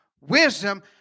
Wisdom